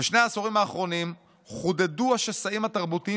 "בשני העשורים האחרונים חודדו השסעים התרבותיים